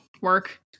work